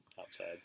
outside